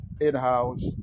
in-house